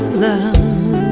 love